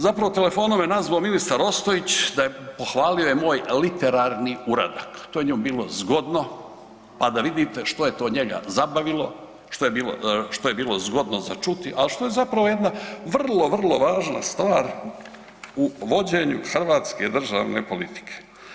Zapravo telefonom me nazvao ministar Ostojić pohvalio je moj literarni uradak, to je njemu bilo zgodno, pa da vidite što je to njega zabavilo što je bilo zgodno za čuti, a što je zapravo jedna vrlo, vrlo važna stvar u vođenju hrvatske državne politike.